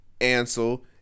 Ansel